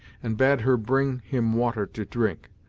and bade her bring him water to drink.